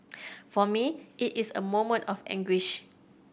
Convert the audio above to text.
for me it is a moment of anguish